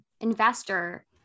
investor